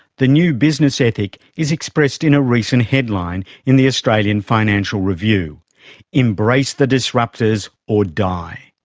the new business ethic is expressed in a recent headline in the australian financial review embrace the disruptors or die.